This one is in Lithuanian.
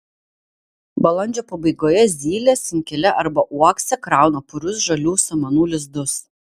balandžio pabaigoje zylės inkile arba uokse krauna purius žalių samanų lizdus